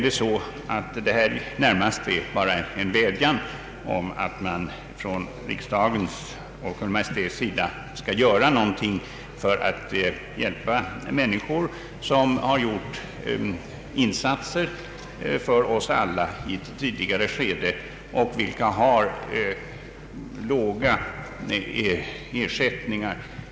Detta är närmast en vädjan om att riksdagen och Kungl. Maj:t skall göra någonting för att hjälpa människor som har gjort insatser för oss alla i ett tidigare skede och som har låga invalidersättningar.